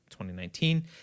2019